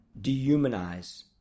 dehumanize